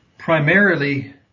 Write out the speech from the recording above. Primarily